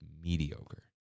mediocre